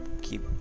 keep